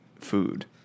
food